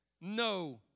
no